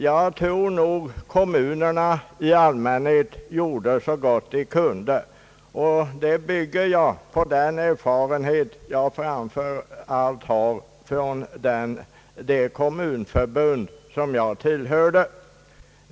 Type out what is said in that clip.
Jag tror kommunerna i allmänhet gjorde så gott de kunde, det är den erfarenhet jag har från det kommunförbund som jag tillhörde.